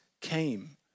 came